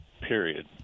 period